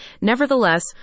Nevertheless